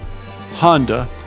Honda